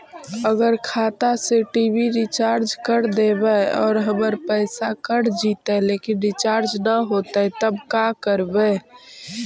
अगर खाता से टी.वी रिचार्ज कर देबै और हमर पैसा कट जितै लेकिन रिचार्ज न होतै तब का करबइ?